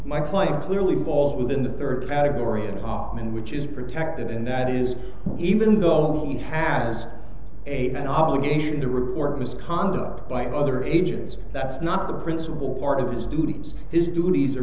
my client clearly falls within the third category and which is protected and that is even though he has a an obligation to report misconduct by other agents that's not the principal part of his duties his duties